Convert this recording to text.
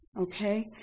Okay